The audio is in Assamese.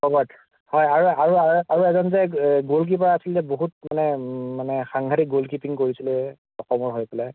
হয় আৰু আৰু আৰু এজন যে গ'ল কিপাৰ আছিলে বহুত মানে মানে সাংঘাতিক গ'ল কিপিং কৰিছিলে অসমৰ হৈ পেলায়